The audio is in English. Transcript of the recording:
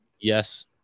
yes